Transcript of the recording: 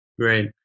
Great